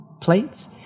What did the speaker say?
plates